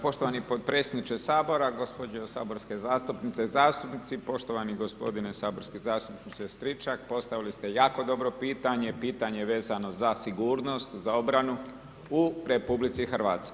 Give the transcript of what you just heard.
Poštovani potpredsjedniče Sabora, gospođe saborske zastupnice, zastupnici, poštovani g. saborski zastupniče Stričak postavili ste jako dobro pitanje, pitanje vezano za sigurnost, za obranu u RH.